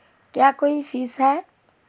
क्या कोई फीस है?